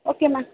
okay ma'am